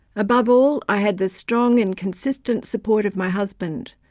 above all, i had the strong and consistent support of my husband,